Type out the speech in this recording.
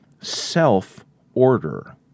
self-order